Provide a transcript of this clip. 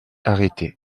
arrêter